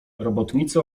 robotnicy